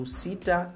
sita